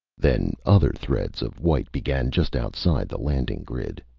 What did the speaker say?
then other threads of white began just outside the landing grid.